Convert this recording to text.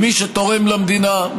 מי שתורם למדינה,